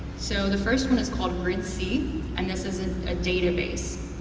so, the first one is called grid c and this is a database.